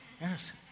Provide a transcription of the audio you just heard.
yes